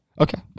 Okay